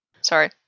Sorry